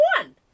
one